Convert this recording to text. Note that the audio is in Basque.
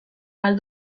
ahal